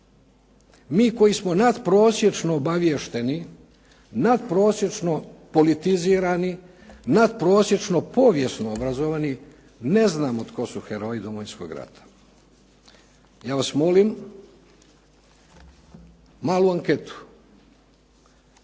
mi koji smo natprosječno obaviješteni, natprosječno politizirani, natprosječno povijesno obrazovani ne znamo tko su heroji Domovinskog rata. Ja vas molim, malu anketu,